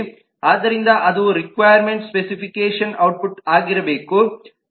ಆದ್ದರಿಂದ ಅದು requirement specification output ಆಗಿರಬೇಕು